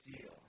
deal